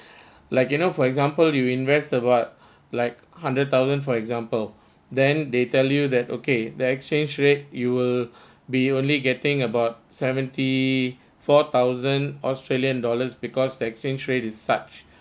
like you know for example you invest about like hundred thousand for example then they tell you that okay the exchange rate you will be only getting about seventy four thousand australian dollars because the exchange rate is such